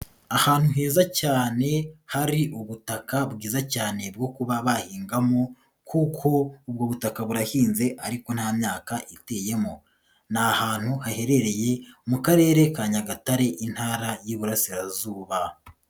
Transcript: Ahantu heza cyane hari ubutaka bwiza cyane bwo kuba bahingamo, kuko ubwo butaka burahinze ariko nta myaka iteyemo. Ni ahantu haherereye mu Karere ka Nyagatare, intara y'Iburasirazuba.